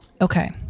okay